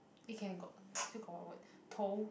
it can got still got what tow